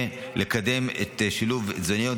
לקדם את שילוב התזונאיות.